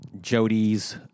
Jody's